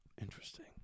Interesting